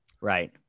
right